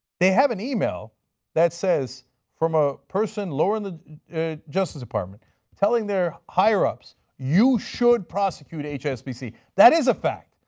they have an email that says from a person low in the justice department telling their higher ups you should prosecute hsbc, that is a fact.